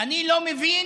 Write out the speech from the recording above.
אני לא מבין